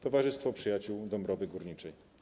Towarzystwo Przyjaciół Dąbrowy Górniczej.